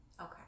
Okay